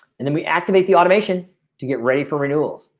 and then we activate the automation to get ready for renewals.